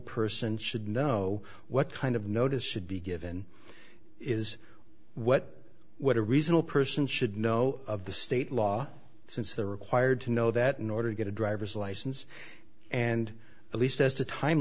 person should know what kind of notice should be given is what would a reasonable person should know of the state law since they're required to know that in order to get a driver's license and at least as to time